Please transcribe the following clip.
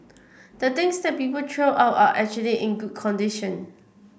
the things that people throw out are actually in good condition